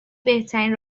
بهترین